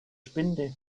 spinde